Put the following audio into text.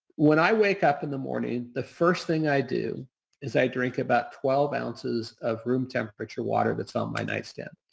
when i wake up in the morning, the first thing i do is i drink about twelve ounces of room temperature water that's on my nightstand.